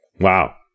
wow